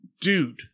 dude